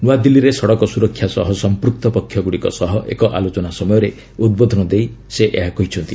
ନୂଆଦିଲ୍ଲୀରେ ସଡ଼କ ସୁରକ୍ଷା ସହ ସମ୍ପୃକ ପକ୍ଷଗୁଡ଼ିକ ସହ ଏକ ଆଲୋଚନା ସମୟରେ ଉଦ୍ବୋଧନ ଦେଇ ସେ ଏହା କହିଛନ୍ତି